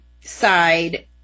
side